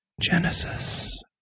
genesis